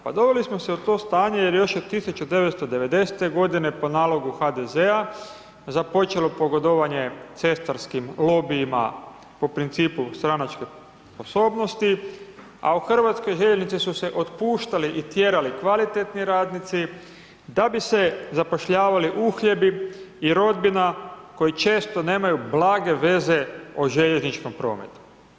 Pa doveli smo se u to stanje jer još od 1990. godine po nalogu HDZ-a započelo pogodovanje cestarskim lobijima po principu stranačke osobnosti, a u HŽ su se otpuštali i tjerali kvalitetni radnici da bi se zapošljavali uhljebi i rodbina koji često nemaju blage veze o željezničkom prometu.